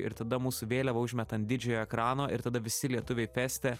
ir tada mūsų vėliavą užmeta ant didžiojo ekrano ir tada visi lietuviai feste